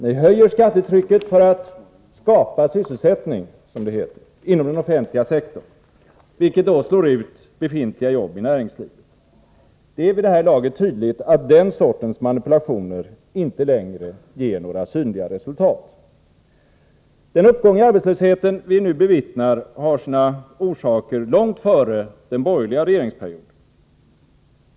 Ni höjer skattetrycket för att skapa sysselsättning, som det heter, inom den offentliga sektorn, vilket slår ut befintliga jobb i näringslivet. Det är vid det här laget tydligt att den sortens manipulationer inte längre ger några synliga resultat. Den ökning av arbetslösheten vi nu bevittnar har sina orsaker i den utveckling som ägde rum långt före den borgerliga regeringsperioden.